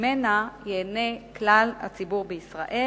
וממנה ייהנה כלל הציבור בישראל.